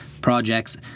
projects